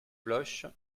bloche